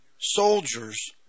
soldiers